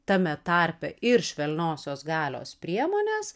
tame tarpe ir švelniosios galios priemones